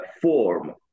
form